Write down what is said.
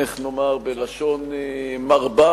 איך נאמר בלשון מרבה?